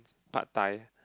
Pad-Thai